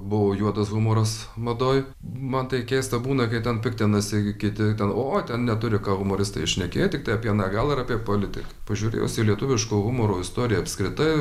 buvo juodas humoras madoj man tai keista būna kai ten piktinasi kiti ten o ten neturi ką humoristai šnekėt tiktai apie aną galą ir apie politik pažiūrėjus į lietuviško humoro istoriją apskritai